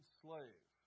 slave